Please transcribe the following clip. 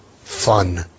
fun